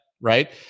right